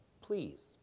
please